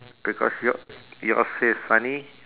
because your yours says sunny